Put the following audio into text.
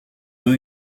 new